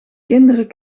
kinderen